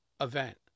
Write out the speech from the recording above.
event